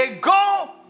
go